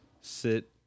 sit